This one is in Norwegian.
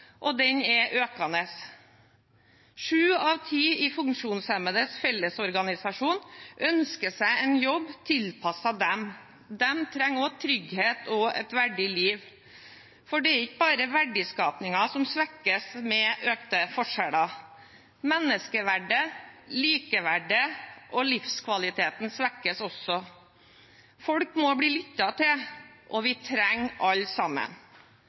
og den er økende. Sju av ti i Funksjonshemmedes Fellesorganisasjon ønsker seg en tilpasset jobb. De trenger også trygghet og et verdig liv, for det er ikke bare verdiskapingen som svekkes med økte forskjeller – menneskeverdet, likeverdet og livskvaliteten svekkes også. Folk må bli lyttet til, og vi trenger alle sammen.